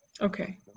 okay